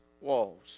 walls